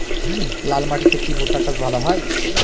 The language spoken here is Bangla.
লাল মাটিতে কি ভুট্টা চাষ ভালো হয়?